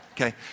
Okay